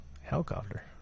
Helicopter